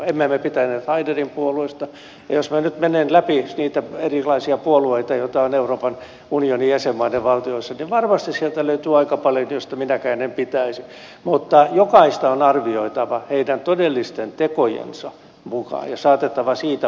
emme me pitäneet haiderin puolueesta ja jos minä nyt menen läpi niitä erilaisia puolueita joita on euroopan unionin jäsenmaiden valtioissa niin varmasti sieltä löytyy aika monia joista minäkään en pitäisi mutta jokaista on arvioitava heidän todellisten tekojensa mukaan ja saatettava siitä vastuuseen